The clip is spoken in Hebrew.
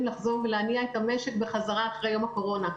לחזור ולהניע את המשק בחזרה אחרי יום הקורונה.